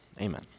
Amen